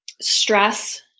stress